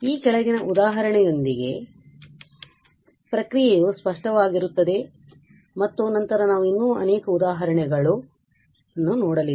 ಆದ್ದರಿಂದ ಈ ಕೆಳಗಿನ ಉದಾಹರಣೆಯೊಂದಿಗೆ ಪ್ರಕ್ರಿಯೆಯು ಸ್ಪಷ್ಟವಾಗಿರುತ್ತದೆ ಮತ್ತು ನಂತರ ನಾವು ಇನ್ನೂ ಅನೇಕ ಉದಾಹರಣೆಗಳನ್ನು ನೋಡುವ